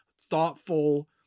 thoughtful